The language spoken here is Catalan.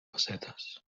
pessetes